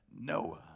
Noah